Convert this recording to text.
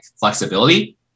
flexibility